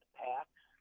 packs